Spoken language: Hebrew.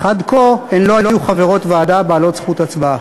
אך עד כה הן לא היו חברות ועדה בעלות זכות הצבעה.